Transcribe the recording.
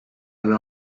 and